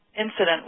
incident